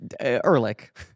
Ehrlich